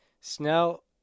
Snell